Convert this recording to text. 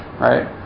right